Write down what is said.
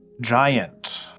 giant